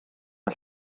mae